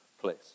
place